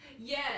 Yes